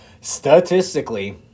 Statistically